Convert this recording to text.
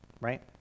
Right